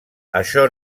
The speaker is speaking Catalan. això